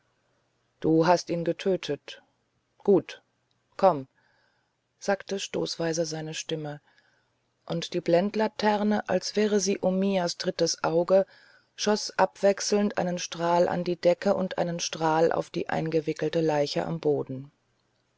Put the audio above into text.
du hast ihn getötet gut komm sagte stoßweise seine stimme und die blendlaterne als wäre sie omiyas drittes auge schoß abwechselnd einen strahl an die decke und einen strahl auf die eingewickelte leiche am boden